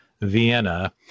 Vienna